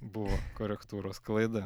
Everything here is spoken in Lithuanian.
buvo korektūros klaida